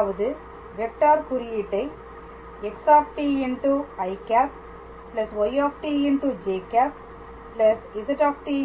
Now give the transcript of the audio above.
அதாவது வெக்டார் குறியீட்டை xî